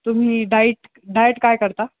तुम्ही diet diet काय करता